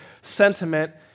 sentiment